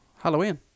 Halloween